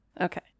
Okay